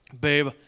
babe